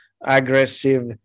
aggressive